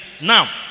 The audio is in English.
Now